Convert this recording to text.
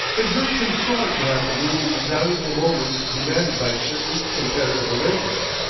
it irked him sore to have to lose the invaluable moments demanded by certain imperative arrangements,